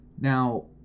Now